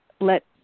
let